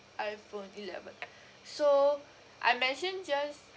iphone eleven so I mentioned just